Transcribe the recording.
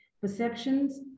perceptions